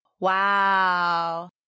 Wow